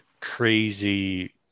crazy